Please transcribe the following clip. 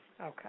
Okay